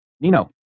Nino